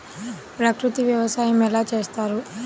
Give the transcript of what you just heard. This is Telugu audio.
ప్రకృతి వ్యవసాయం ఎలా చేస్తారు?